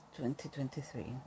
2023